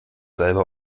salbe